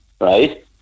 right